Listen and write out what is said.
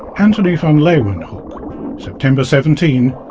antonie van leeuwenhoek september seventeen,